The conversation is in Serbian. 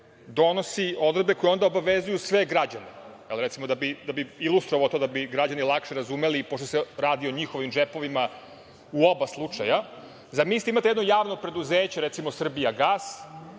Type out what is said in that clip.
donosi odredbe koje onda obavezuju sve građane. Evo, da bi ilustrovao to, da bi građani lakše razumeli, pošto se radi o njihovim džepovima u oba slučajeva. Zamislite da imate jedno javno preduzeće, recimo „Srbijagas“,